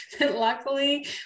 Luckily